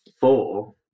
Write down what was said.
four